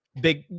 big